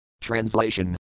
Translation